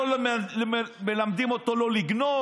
לא מלמדים אותו לא לגנוב,